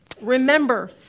remember